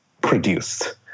produced